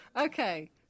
Okay